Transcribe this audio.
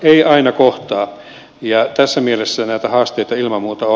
eivät aina kohtaa ja tässä mielessä näitä haasteita ilman muuta on